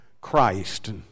Christ